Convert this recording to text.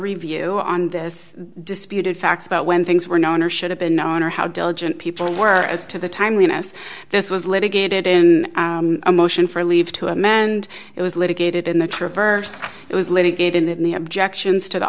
review on this disputed facts about when things were known or should have been known or how diligent people were as to the timeliness this was litigated in a motion for leave to amend it was litigated in the traverse it was litigated in the